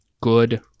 good